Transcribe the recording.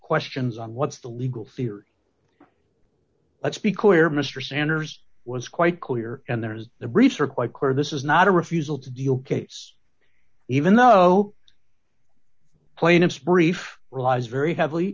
questions on what's the legal theory let's be clear mr sanders was quite clear and there's the research quite clear this is not a refusal to do your case even though plaintiffs brief relies very heavily